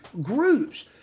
groups